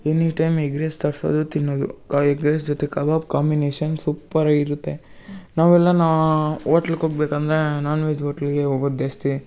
any time egg rice ತರಿಸೋದು ತಿನ್ನೋದು ಆ ಎಗ್ ರೈಸ್ ಜೊತೆ ಕಬಾಬ್ ಕಾಂಬಿನೇಷನ್ ಸೂಪ್ಪರಾಗಿ ಇರುತ್ತೆ ನಾವೆಲ್ಲರ ಓಟ್ಲಗ್ ಹೋಗ್ಬೇಕಂದ್ರೆ ನಾನ್ ವೆಜ್ ಓಟ್ಲಿಗೇ ಹೋಗೋದು ಜಾಸ್ತಿ